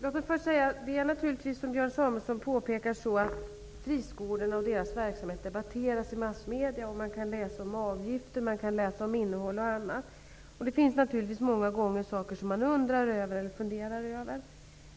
Herr talman! Det är naturligtvis, som Björn Samuelson påpekar, så att friskolorna och deras verksamhet debatteras i massmedierna. Man kan där läsa om avgifter, innehåll och annat, och det finns naturligtvis många gånger saker som man undrar över och funderar över.